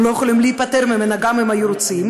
הם לא יכולים להיפטר ממנה גם אם היו רוצים,